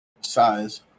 size